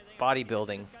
bodybuilding